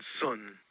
Son